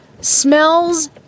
smells